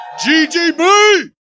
GGB